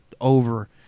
over